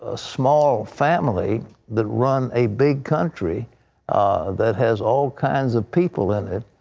ah small family that run a big country that has all kinds of people in it,